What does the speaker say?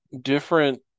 different